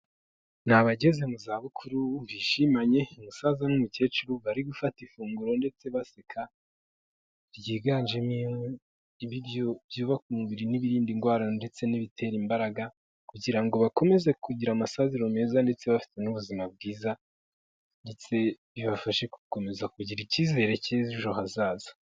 Ni abageze mu zabukuru bishimanye umusaza n'umukecuru, bari gufata ifunguro ndetse baseka, ryiganjemo ibyubaka umubiri n'ibirinda ndwara ndetse n'ibitera imbaraga, kugira ngo bakomeze kugira amasaziro meza ndetse bafite n'ubuzima bwiza ndetse bibafashe gukomeza kugira icyizere cy'ejo hazaza.